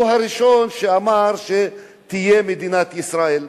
הוא הראשון שאמר שתהיה מדינת ישראל,